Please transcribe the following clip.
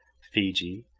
fiji,